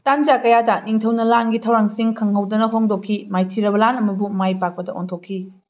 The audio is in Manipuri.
ꯇꯟꯖꯥ ꯀꯌꯥꯗ ꯅꯤꯡꯊꯧꯅ ꯂꯥꯟꯒꯤ ꯊꯧꯔꯥꯡꯁꯤꯡ ꯈꯪꯍꯧꯗꯅ ꯍꯣꯡꯗꯣꯛꯈꯤ ꯃꯥꯏꯊꯤꯔꯕ ꯂꯥꯟ ꯑꯃꯕꯨ ꯃꯥꯏꯄꯥꯛꯄꯗ ꯑꯣꯟꯊꯣꯛꯈꯤ